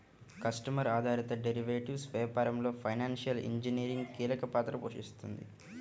customer ఆధారిత derivatives వ్యాపారంలో financial engineering కీలక పాత్ర పోషిస్తుంది